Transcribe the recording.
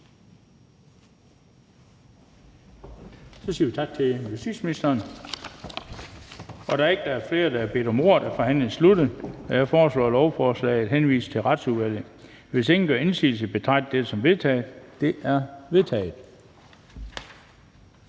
Bøgsted): Tak til erhvervsministeren. Da der ikke er flere, der har bedt om ordet, er forhandlingen sluttet. Jeg foreslår, at lovforslaget henvises til Grønlandsudvalget. Hvis ingen gør indsigelse, betragter jeg dette som vedtaget. Det er vedtaget.